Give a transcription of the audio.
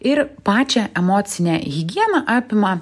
ir pačią emocinę higieną apima